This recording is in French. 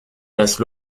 place